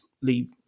leave